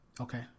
okay